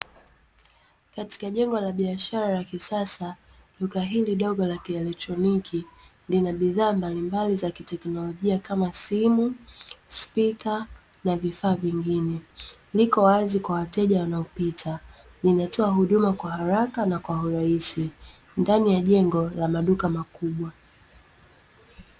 Katika jengo la biashara la kisasa, duka hili dogo la kielektroniki lina bidhaa mbalimbali za kiteknolojia kama simu, spika, na vifaa vingine, liko wazi kwa wateja wanaopita ninatoa huduma kwa haraka na kwa urahisi ndani ya jengo la maduka makubwa.